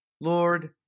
Lord